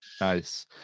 nice